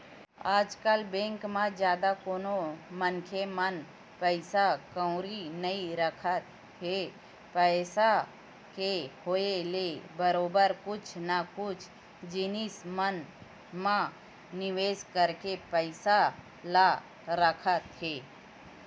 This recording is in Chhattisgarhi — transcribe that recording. आजकल बेंक म जादा कोनो मनखे मन पइसा कउड़ी नइ रखत हे पइसा के होय ले बरोबर कुछु न कुछु जिनिस मन म निवेस करके पइसा ल रखत हे